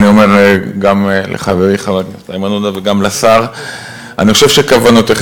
ואני אומר גם לחברי איימן עודה וגם לשר: אני חושב שכוונותיכם